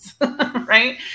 right